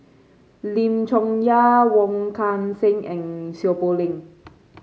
Lim Chong Yah Wong Kan Seng and Seow Poh Leng